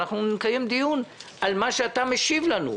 ואנחנו נקיים דיון על מה שאתה משיב לנו.